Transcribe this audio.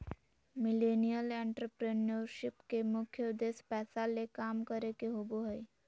millennial entrepreneurship के मुख्य उद्देश्य पैसा ले काम करे के होबो हय